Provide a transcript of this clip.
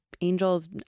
angels